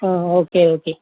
okay okay